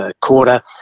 quarter